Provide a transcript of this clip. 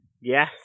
Yes